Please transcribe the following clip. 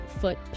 foot